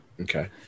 Okay